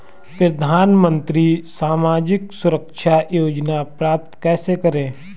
प्रधानमंत्री सामाजिक सुरक्षा योजना प्राप्त कैसे करें?